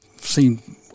seen